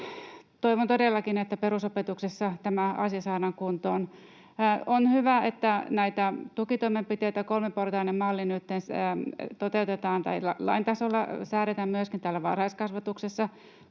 toivon todellakin, että perusopetuksessa tämä asia saadaan kuntoon. On hyvä, että näitä tukitoimenpiteitä ja kolmiportainen malli nyt toteutetaan, tai lain tasolla säädetään, myöskin täällä varhaiskasvatuksessa,